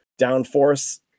downforce